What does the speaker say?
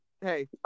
Hey